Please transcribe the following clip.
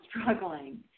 struggling